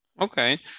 Okay